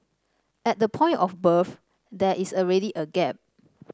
at the point of birth there is already a gap